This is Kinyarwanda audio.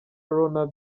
ronald